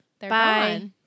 Bye